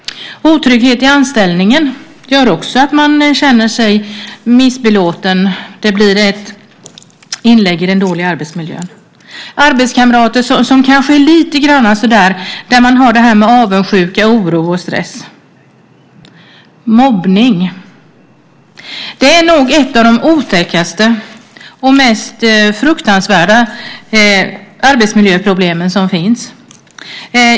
Otrygghet i anställningen gör också så att man känner sig missbelåten. Det blir ett inlägg i den dåliga arbetsmiljön. Det kan vara arbetskamrater som uttrycker avundsjuka, oro och stress. Mobbning är nog ett av de otäckaste och mest fruktansvärda arbetsmiljöproblemen som finns.